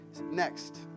Next